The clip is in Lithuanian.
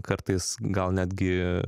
kartais gal netgi